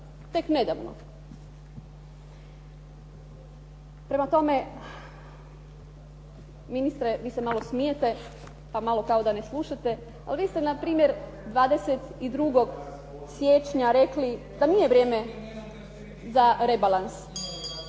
tek nedavno. Prema tome, ministre, vi se malo smijete, pa malo kao da ne slušate, ali vi ste npr. 22. siječnja rekli da nije vrijeme za rebalans.